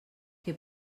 que